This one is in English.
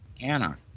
Anna